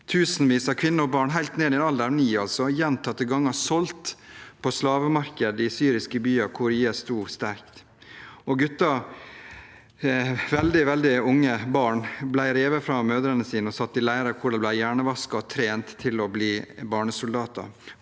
Tusenvis av kvinner og barn, helt ned til en alder av ni år, ble gjentatte ganger solgt på slavemarkedet i syriske byer hvor IS sto sterkt. Og gutter – veldig, veldig unge barn – ble revet fra mødrene sine og satt i leirer hvor de ble hjernevasket og trent til å bli barnesoldater.